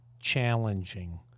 challenging